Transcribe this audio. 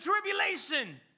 tribulation